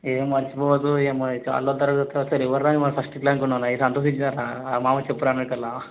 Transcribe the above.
ఏం మర్చిపోవద్దు ఏమో చాలా రోజులు వస్తే ఎవర్రా ఫస్ట్ అనుకున్నావు నాకు తెలిసి అంటూ మామ చెప్పురా అనక్కర్ల